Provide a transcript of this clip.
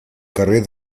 carrer